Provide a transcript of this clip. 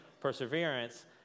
perseverance